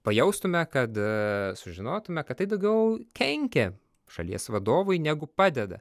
pajaustume kada sužinotume kad tai daugiau kenkia šalies vadovui negu padeda